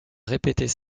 répéter